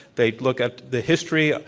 they look at the history,